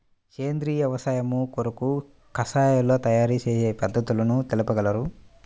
సేంద్రియ వ్యవసాయము కొరకు కషాయాల తయారు చేయు పద్ధతులు తెలుపగలరు?